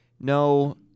no